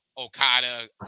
Okada